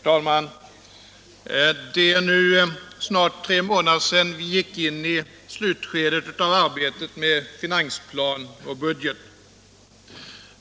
Herr talman! Det är nu snart tre månader sedan vi gick in i slutskedet av arbetet med finansplan och budget.